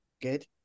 Good